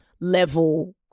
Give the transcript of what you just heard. level